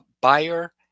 buyer